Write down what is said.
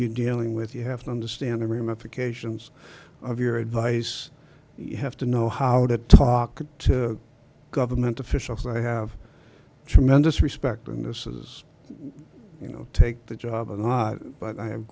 you dealing with you have to understand the ramifications of your advice you have to know how to talk to government officials and i have tremendous respect in this as you know take the job or not but i have